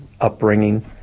upbringing